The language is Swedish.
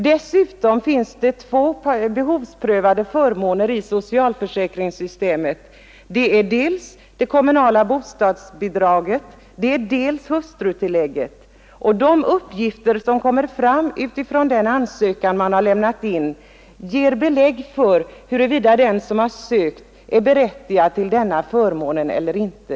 Dessutom finns det två behovsprövade förmåner i socialförsäkringssystemet. Det är dels det kommunala bostadsbidraget, dels hustrutillägget. De uppgifter som kommer fram genom den ansökan man har lämnat in ger underlag för huruvida den som sökt är berättigad till sådana förmåner eller inte.